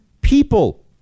people